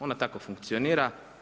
Ona tako funkcionira.